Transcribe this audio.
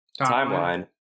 timeline